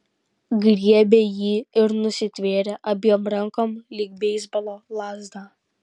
griebė jį ir nusitvėrė abiem rankom lyg beisbolo lazdą